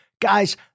Guys